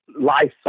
life